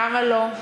למה לא?